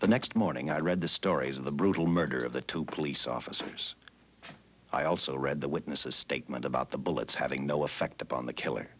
the next morning i read the stories of the brutal murder of the two police officers i also read the witnesses statement about the bullets having no effect upon the kill